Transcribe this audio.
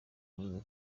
yavuze